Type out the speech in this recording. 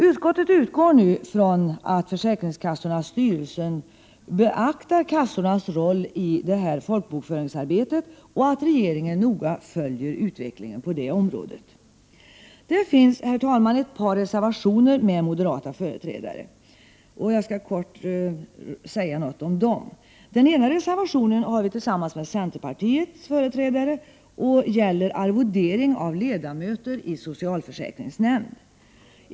Utskottet utgår nu ifrån att försäkringskassornas styrelser beaktar kassornas roll i folkbokföringsarbetet och att regeringen noga följer utvecklingen på det området. Det finns ett par reservationer med moderata företrädare, och jag skall kort säga något om dem. Den ena reservationen har vi tillsammans med centerpartiet, och den gäller arvodering av ledamöter i socialförsäkringsnämnd.